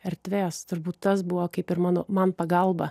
erdvės turbūt tas buvo kaip ir mano man pagalba